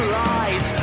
lies